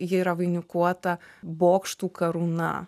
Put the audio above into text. ji yra vainikuota bokštų karūna